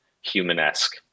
human-esque